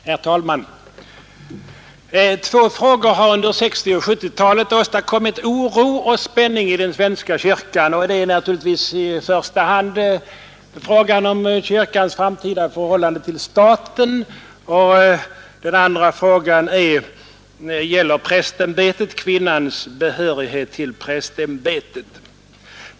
Herr talman! Två frågor har under 1960-och 1970-talen åstadkommit oro och spänning i den svenska kyrkan. Den första frågan gäller kyrkans framtida förhållande till staten och den andra gäller kvinnans behörighet till prästämbetet.